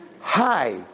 Hi